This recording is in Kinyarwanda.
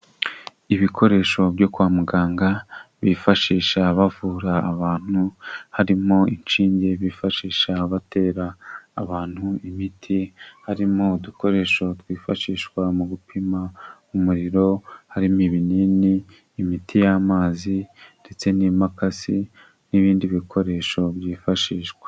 Ibikoresho byo kwa muganga bifashisha bavura abantu, harimo inshinge bifashisha abatera abantu imiti, harimo udukoresho twifashishwa mu gupima umuriro, harimo ibinini, imiti y'amazi ndetse n'imakasi n'ibindi bikoresho byifashishwa.